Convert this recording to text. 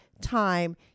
time